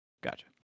Gotcha